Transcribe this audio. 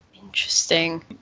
interesting